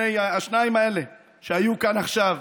השניים האלה שהיו כאן עכשיו.